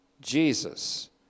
Jesus